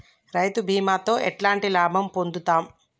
రైతు బీమాతో ఎట్లాంటి లాభం పొందుతం?